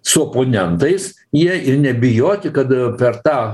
su oponentais jie ir nebijoti kad per tą